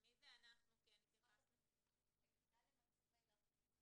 אני רחל אברהם מהיחידה למצבי